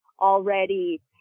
already